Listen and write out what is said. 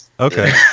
Okay